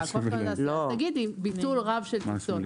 תגידי ביטול רב של טיסות.